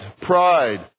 pride